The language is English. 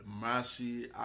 mercy